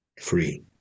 free